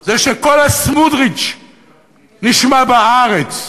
זה שקול הסמוטריץ נשמע בארץ,